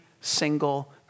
single